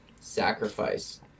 sacrifice